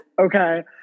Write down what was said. Okay